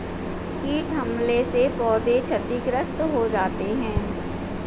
कीट हमले से पौधे क्षतिग्रस्त हो जाते है